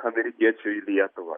amerikiečio į lietuvą